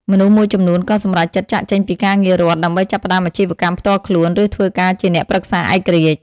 មនុស្សមួយចំនួនក៏សម្រេចចិត្តចាកចេញពីការងាររដ្ឋ ដើម្បីចាប់ផ្តើមអាជីវកម្មផ្ទាល់ខ្លួន ឬធ្វើការជាអ្នកប្រឹក្សាឯករាជ្យ ។